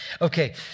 okay